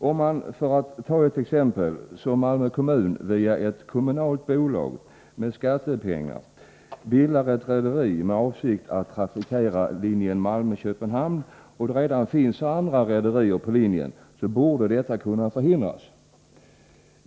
Om man -— för att ta ett exempel — som Malmö kommun via ett kommunalt bolag med skattepengar bildar ett rederi med avsikt att trafikera linjen Malmö-Köpenhamn och det redan finns andra rederier på linjen, borde detta kunna förhindras.